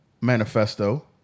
manifesto